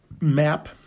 map